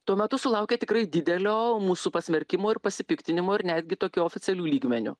tuo metu sulaukė tikrai didelio mūsų pasmerkimo ir pasipiktinimo ir netgi tokiu oficialiu lygmeniu